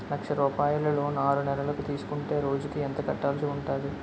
లక్ష రూపాయలు లోన్ ఆరునెలల కు తీసుకుంటే రోజుకి ఎంత కట్టాల్సి ఉంటాది?